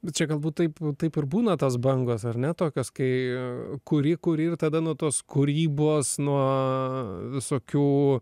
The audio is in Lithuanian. bet čia galbūt taip taip ir būna tos bangos ar ne tokios kai kuri kuri ir tada nuo tos kūrybos nuo visokių